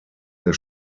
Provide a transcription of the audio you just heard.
der